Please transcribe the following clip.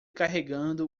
carregando